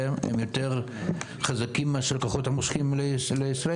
הם יותר חזקים מאשר הכוחות המושכים לישראל.